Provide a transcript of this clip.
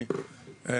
אני יכול לומר שהעירייה,